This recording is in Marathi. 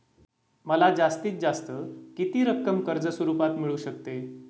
मला जास्तीत जास्त किती रक्कम कर्ज स्वरूपात मिळू शकते?